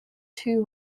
two